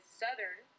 southern